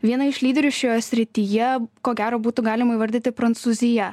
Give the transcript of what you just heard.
vieną iš lyderių šioje srityje ko gero būtų galima įvardyti prancūzija